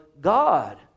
God